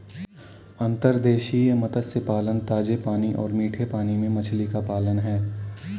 अंतर्देशीय मत्स्य पालन ताजे पानी और मीठे पानी में मछली का पालन है